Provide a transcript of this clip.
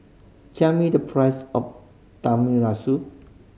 tell me the price of